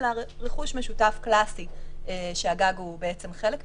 אלא רכוש משותף קלאסי שהגג הוא בעצם חלק ממנו.